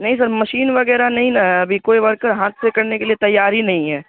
نہیں sir machine وغیرہ نہیں نا ہے ابھی کوئی ورکر ہاتھ سے کرنے کے لیے تیار ہی نہیں ہے